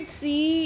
see